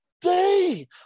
day